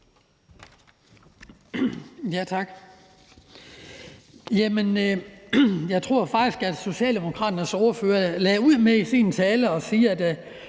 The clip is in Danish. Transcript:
Jeg tror faktisk, at Socialdemokraternes ordfører i sin tale lagde